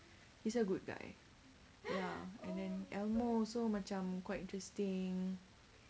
he's a good guy ya and then elmo also macam quite interesting